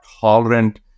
tolerant